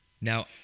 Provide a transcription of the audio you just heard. Now